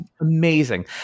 amazing